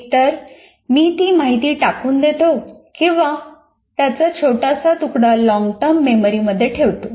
एकतर मी ती माहिती टाकून देतो किंवा त्याचा छोटासा तुकडा लॉन्गटर्म मेमरीमध्ये ठेवतो